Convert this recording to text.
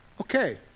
Okay